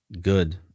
good